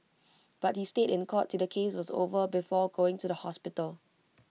but he stayed in court till the case was over before going to the hospital